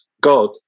God